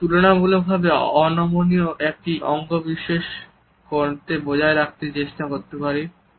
আমরা তুলনামূলকভাবে অনমনীয় একটি অঙ্গবিন্যাস বজায় রাখতে চেষ্টা করতে পারি